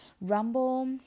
Rumble